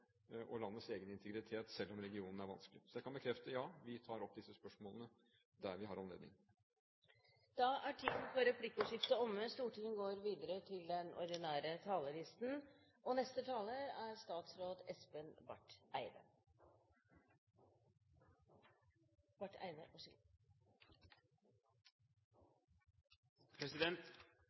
og landets egen integritet, selv om regionen er vanskelig. Så jeg kan bekrefte at vi tar opp disse spørsmålene der vi har anledning til det. Replikkordskiftet er omme. Jeg ønsker å trekke noen forsvars- og sikkerhetspolitiske perspektiver på den